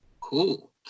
cool